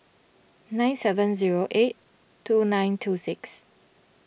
nine seven zero eight two nine two six